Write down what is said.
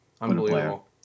Unbelievable